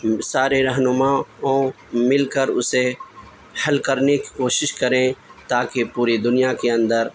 سارے رہنماؤں مل کر اسے حل کرنے کی کوشش کریں تاکہ پوری دنیا کے اندر